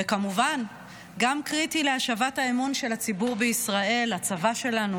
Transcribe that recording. וכמובן גם קריטי להשבת האמון של הציבור בישראל בצבא שלנו,